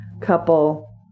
couple